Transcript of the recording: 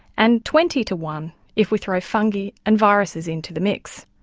and twenty to one if we throw fungi and viruses into the mix.